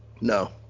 No